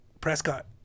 Prescott